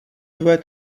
tvoje